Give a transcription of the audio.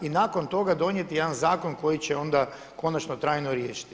I nakon toga donijeti jedan zakon koji će onda konačno trajno riješiti.